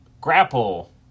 grapple